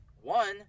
One